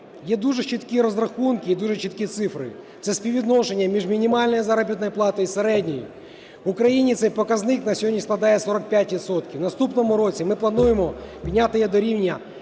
Є дуже чіткі розрахунки і дуже чіткі цифри. Це співвідношення між мінімальною заробітною платою і середньою. В Україні цей показник на сьогодні складає 45 відсотків. В наступному році ми плануємо підняти його до рівня